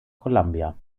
columbia